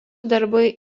darbai